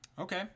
Okay